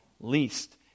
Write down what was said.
least